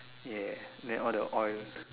ya then all the oil